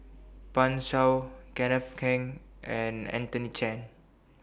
Pan Shou Kenneth Keng and Anthony Chen